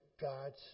God's